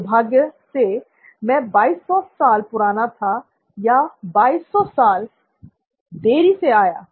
दुर्भाग्य से मैं 2200 साल पुराना या 2200 साल देरी से आया